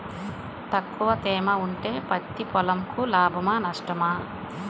తక్కువ తేమ ఉంటే పత్తి పొలంకు లాభమా? నష్టమా?